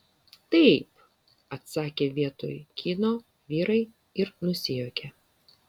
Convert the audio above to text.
taip atsakė vietoj kyno vyrai ir nusijuokė